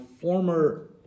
former